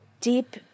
Deep